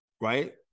right